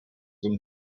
them